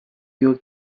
your